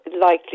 likely